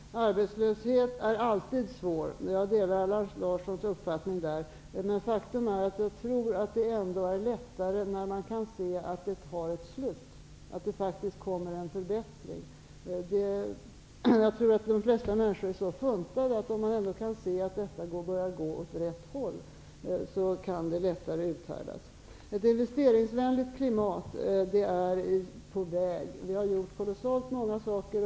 Fru talman! Arbetslöshet är alltid svår. Jag delar Allan Larssons uppfattning där. Jag tror att det ändå är lättare när man kan se ett slut, att det faktiskt kommer en förbättring. Jag tror att de flesta människor är så funtade att om de kan se att saker och ting börjar gå åt rätt håll, kan de lättare uthärda. Ett investeringsvänligt klimat är på väg, Allan Larsson. Vi har gjort kolossalt många saker.